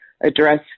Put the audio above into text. address